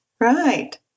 right